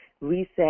reset